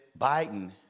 Biden